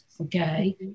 okay